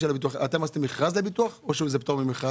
עשיתם מכרז לביטוח רפואי או שזה פטור ממכרז?